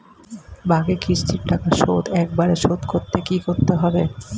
বাকি কিস্তির টাকা শোধ একবারে শোধ করতে কি করতে হবে?